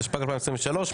התשפ"ג-2023,